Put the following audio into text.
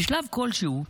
"בשלב כלשהו,